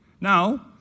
Now